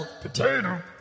Potato